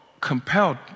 compelled